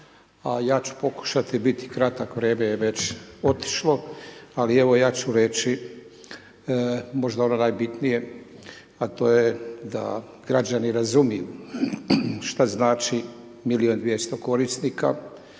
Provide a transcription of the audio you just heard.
ja ću pokušati biti kratak, vrijeme već otišlo ali evo ja ću reći možda ono najbitnije a to je da građani razumiju šta znači milijun i 200 korisnika